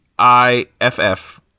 I-F-F